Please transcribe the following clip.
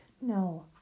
No